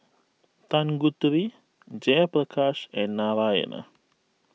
Tanguturi Jayaprakash and Narayana